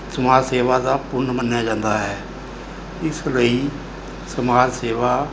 ਸਮਾਜ ਸੇਵਾ ਦਾ ਪੁੰਨ ਮੰਨਿਆ ਜਾਂਦਾ ਹੈ ਇਸ ਲਈ ਸਮਾਜ ਸੇਵਾ